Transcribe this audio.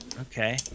Okay